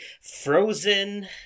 Frozen